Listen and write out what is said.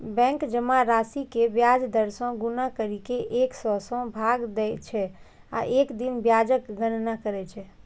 bank जमा राशि कें ब्याज दर सं गुना करि कें एक सय सं भाग दै छै आ एक दिन ब्याजक गणना करै छै